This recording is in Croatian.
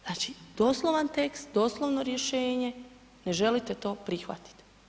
Znači doslovan tekst, doslovno rješenje, ne želite to prihvatiti.